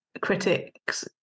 critic's